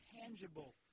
tangible